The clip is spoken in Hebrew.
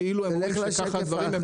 כאילו אומרים שכך הדברים,